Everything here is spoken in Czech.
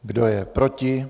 Kdo je proti?